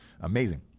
Amazing